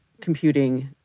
computing